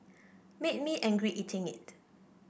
made me angry eating it